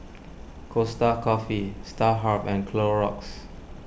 Costa Coffee Starhub and Clorox